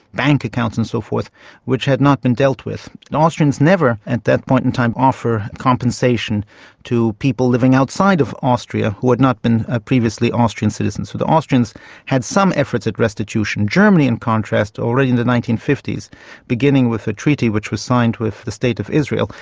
bank accounts and so forth which had not been dealt with. and austrians never at that point in time offer compensation to people living outside of austria who had not been ah previously austrian citizens. the austrians had some efforts at restitution. in germany in contrast already in the nineteen fifty s beginning with a treaty which was signed with the state of israel,